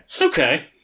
okay